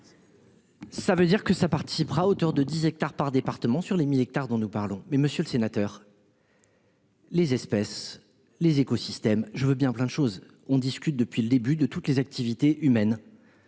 Ça veut dire que ça participera à hauteur de 10 hectares par département sur les 1000 hectares dont nous parlons. Mais monsieur le sénateur. Les espèces les écosystèmes. Je veux bien plein de choses, on discute depuis le début de toutes les activités humaines.